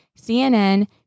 CNN